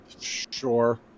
Sure